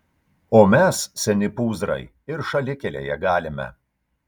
o mes seni pūzrai ir šalikelėje galime